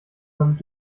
damit